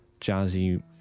jazzy